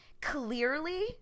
clearly